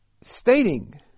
stating